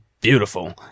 beautiful